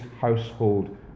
household